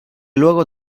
luego